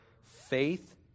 faith